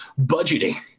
budgeting